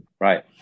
Right